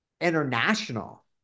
international